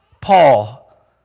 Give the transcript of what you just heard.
Paul